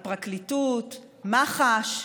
הפרקליטות, מח"ש.